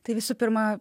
tai visų pirma